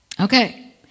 Okay